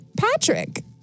Patrick